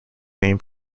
name